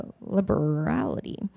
liberality